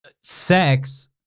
sex